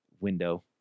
window